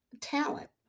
talent